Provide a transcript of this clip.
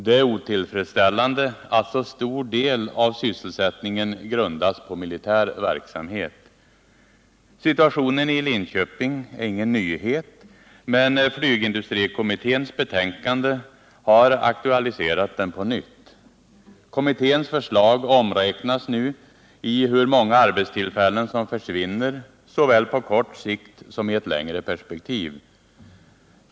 Det är otillfredsställande att så stor del av sysselsättningen grundas på militär verksamhet. Situationen i Linköping är ingen nyhet, men flygindustrikommitténs betänkande har aktualiserat den på nytt. Kommitténs förslag omräknas nu i hur många arbetstillfällen som försvinner, såväl på kort sikt som i ett längre perspektiv.